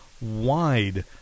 wide